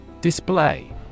Display